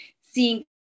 seeing